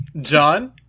John